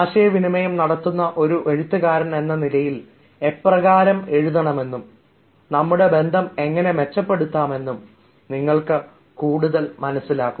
ആശയവിനിമയം നടത്തുന്ന ഒരു എഴുത്തുകാരൻ എന്ന നിലയിൽ എപ്രകാരം എഴുതണമെന്നും നമ്മുടെ ബന്ധം എങ്ങനെ മെച്ചപ്പെടുത്താം എന്നും നിങ്ങൾക്ക് കൂടുതൽ മനസ്സിലാകും